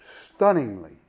stunningly